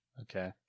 Okay